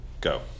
go